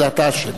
זה אתה אשם.